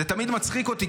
זה תמיד מצחיק אותי,